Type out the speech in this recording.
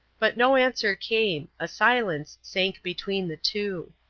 but no answer came a silence sank between the two.